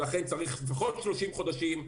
לכן צריך לפחות 30 חודשים,